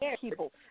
people